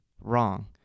Wrong